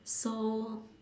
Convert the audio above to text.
so